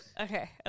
okay